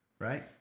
right